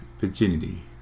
virginity